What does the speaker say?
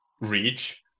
reach